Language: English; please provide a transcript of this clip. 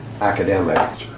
academic